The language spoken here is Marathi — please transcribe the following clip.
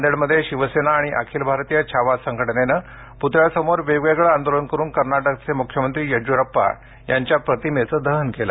नांदेडमध्ये शिवसेना आणि अखिल भारतीय छावा संघटनेनं पुतळ्यासमोर वेगवेगळं आंदोलन करून कर्नाटकचे मुख्यमंत्री येद्राप्पा यांच्या प्रतिमेचं दहन केलं